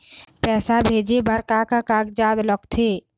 पैसा भेजे बार का का कागजात लगथे?